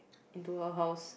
into her house